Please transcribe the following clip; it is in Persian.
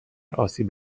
آسیب